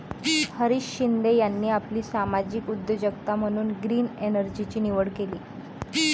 हरीश शिंदे यांनी आपली सामाजिक उद्योजकता म्हणून ग्रीन एनर्जीची निवड केली आहे